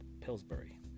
Pillsbury